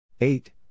eight